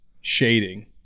shading